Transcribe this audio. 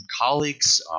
colleagues